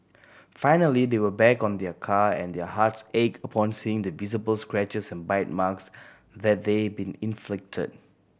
finally they went back on their car and their hearts ached upon seeing the visible scratches and bite marks that they been inflicted